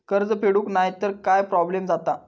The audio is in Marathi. कर्ज फेडूक नाय तर काय प्रोब्लेम जाता?